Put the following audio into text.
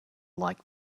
like